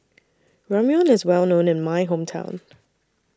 Ramyeon IS Well known in My Hometown